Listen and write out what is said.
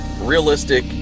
realistic